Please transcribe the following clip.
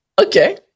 okay